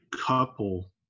couple